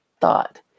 thought